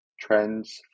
trends